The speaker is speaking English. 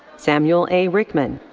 samuel a. rickman.